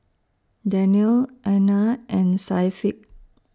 Daniel Aina and Syafiq